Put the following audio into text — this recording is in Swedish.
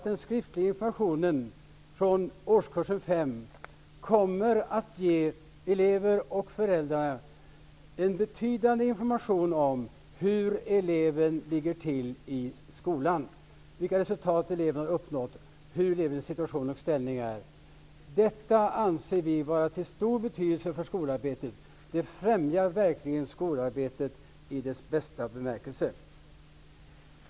Den skriftliga informationen från årskurs 5 kommer att ge elever och föräldrar betydande information om hur eleven ligger till i skolarbetet, vilka resultat eleven har uppnått och vilken elevens situation och ställning är. Detta anser vi vara av stor betydelse för skolarbetet. Det främjar verkligen skolarbetet i ordets bästa bemärkelse.